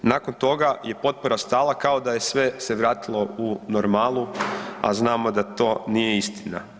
Nakon toga je potpora stala kao da je sve se vratilo u normalu, a znamo da to nije istina.